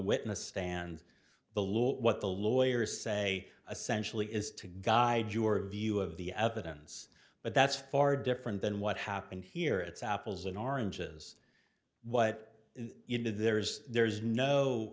witness stand the law what the lawyers say essential is to guide your view of the evidence but that's far different than what happened here it's apples and oranges what you did there's there's no